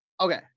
Okay